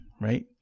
right